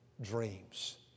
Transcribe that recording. dreams